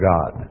God